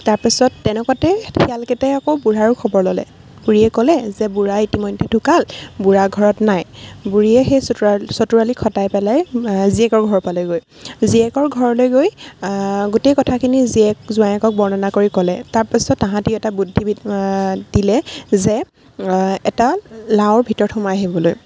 তাৰপাছত তেনেকুৱাতে শিয়ালকেইটাই আকৌ বুঢ়াৰো খবৰ ল'লে বুঢ়ীয়ে ক'লে যে বুঢ়া ইতিমধ্যে ঢুকাল বুঢ়া ঘৰত নাই বুঢ়ীয়ে সেই চতুৰা চতুৰালি খটাই পেলাই জীয়েকৰ ঘৰ পালেগৈ জীয়েকৰ ঘৰলৈ গৈ গোটেই কথাখিনি জীয়েক জোঁৱাইকক বৰ্ণনা কৰি ক'লে তাৰপাছত তাহাঁতি এটা বুদ্ধি দিলে যে এটা লাওৰ ভিতৰত সোমাই আহিবলৈ